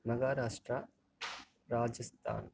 Maharashtra Rajasthan